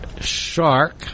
shark